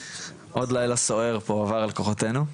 עוד לילה סוער פה עבר על כוחותינו.